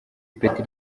ipeti